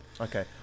Okay